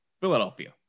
Philadelphia